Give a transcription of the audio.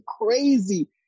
crazy